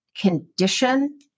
condition